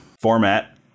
format